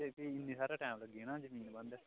अच्छा फ्ही इन्ना हारा टाईम लग्गी गै जाना ऐ बाह्दें